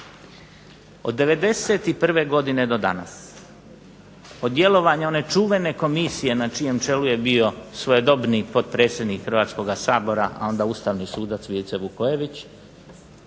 Od '91. godine do danas, od djelovanja one čuvene komisije na čijem čelu je bio svojedobni potpredsjednik Hrvatskoga sabora, a onda ustavni sudac Vice Vukojević,